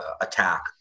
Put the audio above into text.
attack